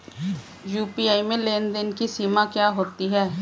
UPI में लेन देन की क्या सीमा होती है?